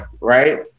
right